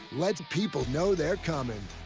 let's people know they're coming.